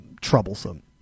troublesome